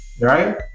right